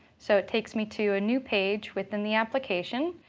so it takes me to a new page within the application.